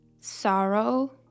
sorrow